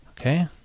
Okay